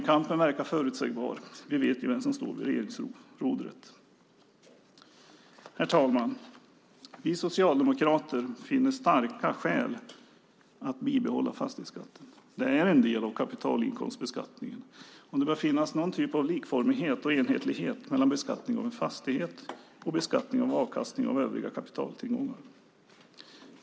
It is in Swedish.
Kampen verkar förutsägbar, vi vet vem som står vid regeringsrodret. Herr talman! Vi socialdemokrater finner starka skäl att bibehålla fastighetsskatten. Det är en del av kapitalinkomstbeskattningen. Det bör finnas någon typ av likformighet och enhetlighet mellan beskattning av en fastighet och beskattning av avkastning av övriga kapitaltillgångar.